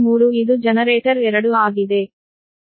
3 ಇದು ಜನರೇಟರ್ 2 ಆಗಿದೆ